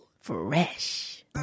Fresh